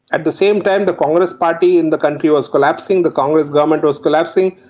at the same time the congress party in the country was collapsing, the congress government was collapsing.